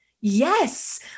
yes